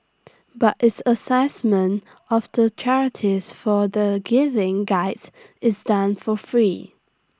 but its Assessment of the charities for the giving Guides is done for free